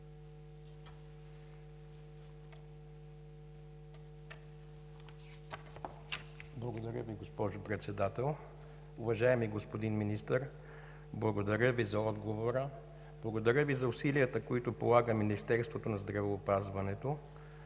Благодаря Ви, госпожо Председател. Уважаеми господин Министър, благодаря Ви за отговора. Благодаря Ви за усилията, които полага Министерството на здравеопазването